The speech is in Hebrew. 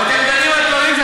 ואתם דנים בדברים,